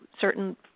certain